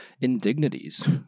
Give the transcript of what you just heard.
indignities